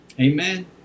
Amen